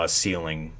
ceiling